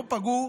לא פגעו,